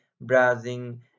browsing